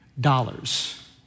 dollars